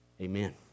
Amen